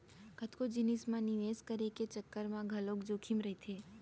कतको जिनिस म निवेस करे के चक्कर म घलोक जोखिम रहिथे